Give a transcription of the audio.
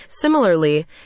similarly